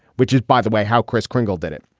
which is, by the way, how kris kringle did it.